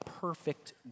perfect